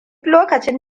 lokacin